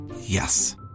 Yes